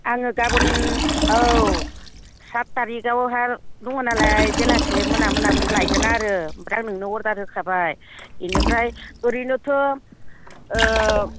आङो गाबोन औ सात थारिगावहाय दङ नालाय बेलासि मोना मोनाफोर लायगोन आरो ओमफ्राय आं नोंनो अरदार होखाबाय एनिफ्राय ओरैनोथ'